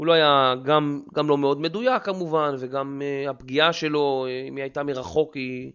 הוא לא היה גם, גם לא מאוד מדויק כמובן, וגם הפגיעה שלו, אם היא הייתה מרחוק היא...